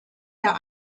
der